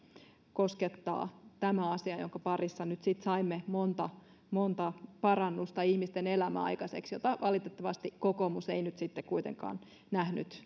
koskettaa tämä asia jonka parissa nyt sitten saimme monta monta parannusta ihmisten elämään aikaiseksi mitä valitettavasti kokoomus ei nyt sitten kuitenkaan nähnyt